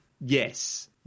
Yes